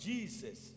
Jesus